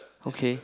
okay